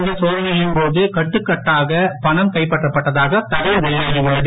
இந்த சோதனைகளின் கட்டுக் கட்டாகப் பணம் கைப்பற்றப்பட்டதாக தகவல் வெளியாகி உள்ளது